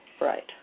right